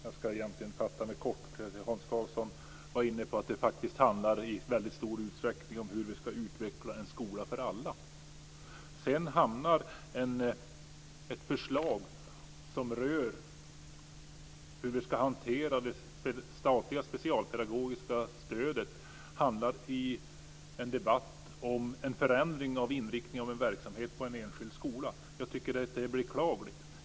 Herr talman! Jag ska fatta mig kort. Hans Karlsson var inne på att det i väldigt stor utsträckning handlar om hur vi ska utveckla en skola för alla. Sedan hamnar ett förslag som rör hur vi ska hantera det statliga specialpedagogiska stödet i en debatt om en förändring av inriktningen av en verksamhet på en enskild skola. Det är beklagligt.